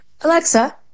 Alexa